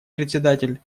председатель